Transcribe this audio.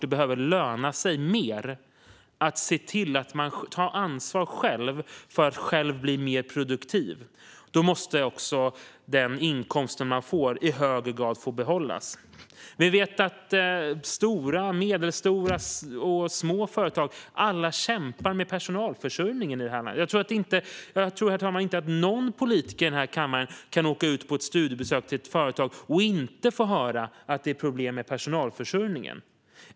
Det behöver löna sig mer att själv ta ansvar för att själv bli mer produktiv. Då måste man också i högre grad få behålla den inkomst man får. Vi vet att stora, medelstora och små företag i det här landet alla kämpar med personalförsörjningen. Jag tror inte att någon politiker i denna kammare kan åka på studiebesök till ett företag och inte få höra att det är problem med personalförsörjningen.